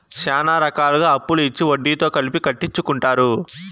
శ్యానా రకాలుగా అప్పులు ఇచ్చి వడ్డీతో కలిపి కట్టించుకుంటారు